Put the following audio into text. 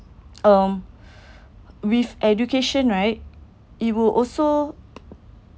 um with education right it will also